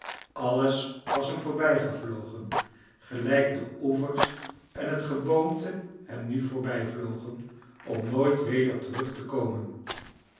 alles was hem voorbij gevlogen gelijk de oevers en het geboomte hem nu voorbijvlogen om nooit weder terug te komen